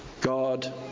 God